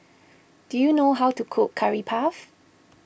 do you know how to cook Curry Puff